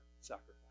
sacrifice